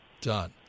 done